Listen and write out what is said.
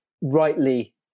rightly